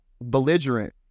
belligerent